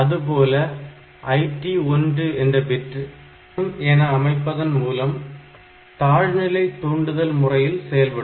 அதுபோல IT1 எந்த bit 0 IT1 bit0 என அமைப்பதன் மூலம் தாழ்நிலை தூண்டுதல் முறையில் செயல்படும்